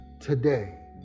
today